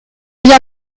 bien